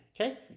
Okay